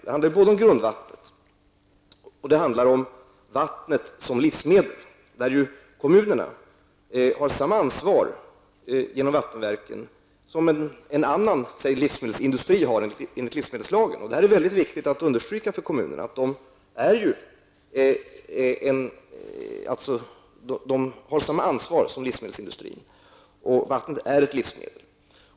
Det handlar både om grundvattnet och om vattnet som livsmedel. Kommunerna har genom vattenverken i detta sammanhang samma ansvar som exempelvis en livsmedelsindustri har genom livsmedelslagen. Det är också mycket viktigt att för kommunerna understryka att de har samma ansvar som livsmedelsindustrin och att vattnet är ett livsmedel.